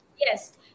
Yes